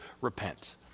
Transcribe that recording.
repent